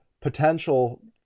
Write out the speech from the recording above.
potential